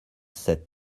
sept